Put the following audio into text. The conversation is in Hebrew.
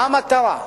מה המטרה.